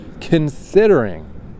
considering